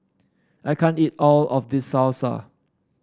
I can't eat all of this Salsa